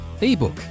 ebook